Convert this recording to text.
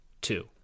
two